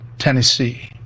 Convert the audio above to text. Tennessee